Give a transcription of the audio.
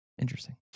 Interesting